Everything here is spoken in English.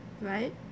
Right